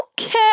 Okay